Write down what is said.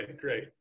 great